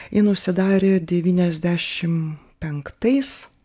jin užsidarė devyniasdešim penktais